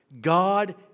God